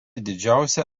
didžiausia